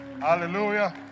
Hallelujah